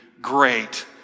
great